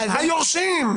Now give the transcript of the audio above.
היורשים.